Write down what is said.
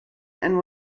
and